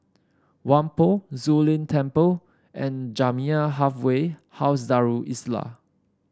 Whampoa Zu Lin Temple and Jamiyah Halfway House Darul Islah